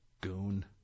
goon